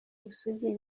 ubusugi